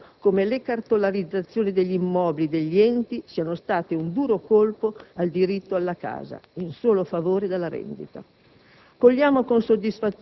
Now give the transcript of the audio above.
E deve essere chiaro come le cartolarizzazioni degli immobili degli enti siano state un duro colpo al diritto alla casa, in solo favore della rendita.